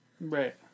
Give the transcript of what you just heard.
Right